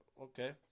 Okay